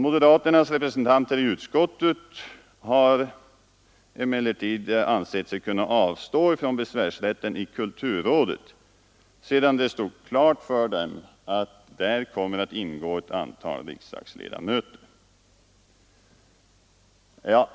Moderaternas representanter i utskottet har emellertid ansett sig kunna avstå från besvärsrätten i kulturrådet sedan det stod klart för dem att där kommer att ingå ett antal riksdagsledamöter.